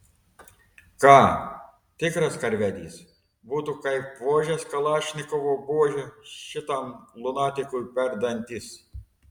ką tikras karvedys būtų kaip vožęs kalašnikovo buože šitam lunatikui per dantis